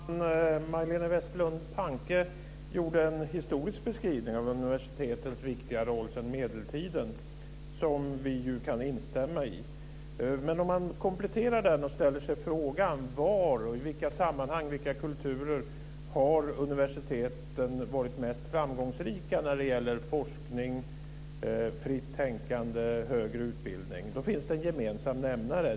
Herr talman! Majléne Westerlund Panke gjorde en historisk beskrivning av universitetens viktiga roll sedan medeltiden som vi kan instämma i. Men om man kompletterar det och ställer sig frågan var och i vilka kulturer universiteten har varit mest framgångsrika när det gäller forskning, fritt tänkande och högre utbildning finns det en gemensam nämnare.